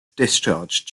discharge